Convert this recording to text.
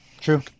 true